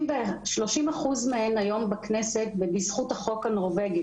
30 אחוזים מהן היום בכנסת בזכות החוק הנורבגי,